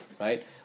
Right